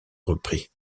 repris